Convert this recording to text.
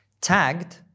tagged